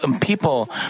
people